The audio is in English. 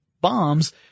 bombs